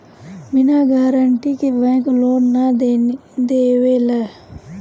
बिना गारंटी के bank loan ना देवेला